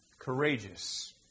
courageous